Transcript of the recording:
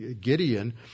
Gideon